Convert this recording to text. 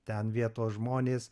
ten vietos žmonės